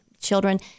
children—